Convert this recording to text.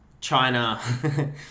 China